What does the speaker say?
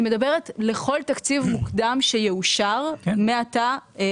אני מדברת לכל תקציב מוקדם שיאושר מעתה ועד עולם.